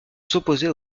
s’opposer